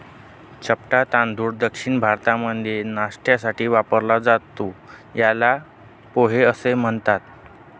चपटा तांदूळ दक्षिण भारतामध्ये नाष्ट्यासाठी वापरला जातो, याला पोहे असं म्हणतात